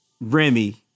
Remy